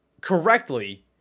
correctly